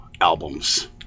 albums